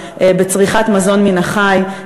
בצריכת מזון מן החי,